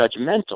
judgmental